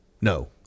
no